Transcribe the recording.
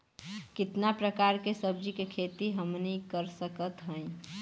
कितना प्रकार के सब्जी के खेती हमनी कर सकत हई?